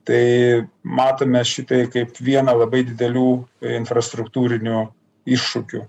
tai matome šitai kaip vieną labai didelių infrastruktūrinių iššūkių